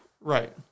Right